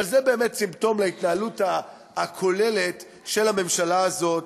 אבל זה באמת סימפטום להתנהלות הכוללת של הממשלה הזאת,